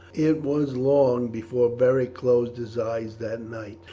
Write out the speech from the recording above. it was long before beric closed his eyes that night.